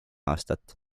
aastat